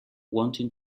wanting